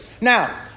Now